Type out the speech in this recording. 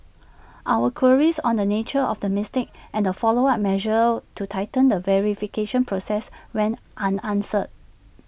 our queries on the nature of the mistake and the follow up measures to tighten the verification process went unanswered